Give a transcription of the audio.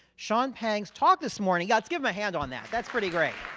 sean pang's talk this morning. yeah lets give him a hand on that. that's pretty great.